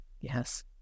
yes